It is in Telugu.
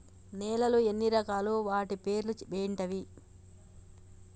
నేలలు ఎన్ని రకాలు? వాటి పేర్లు ఏంటివి?